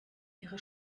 ihre